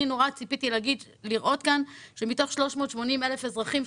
אני ציפיתי לראות כאן שמתוך 380 אלף אזרחים,